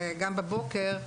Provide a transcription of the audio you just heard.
גם בבוקר,